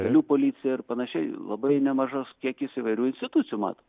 kelių policija ir panašiai labai nemažas kiekis įvairių institucijų mato